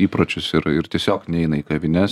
įpročius ir ir tiesiog neina į kavines